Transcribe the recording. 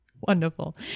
Wonderful